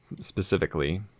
specifically